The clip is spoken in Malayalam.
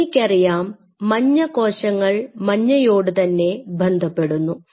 എനിക്കറിയാം മഞ്ഞ കോശങ്ങൾ മഞ്ഞയോട് തന്നെ ബന്ധപ്പെടുന്നു